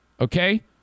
Okay